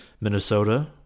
Minnesota